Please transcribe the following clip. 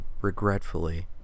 regretfully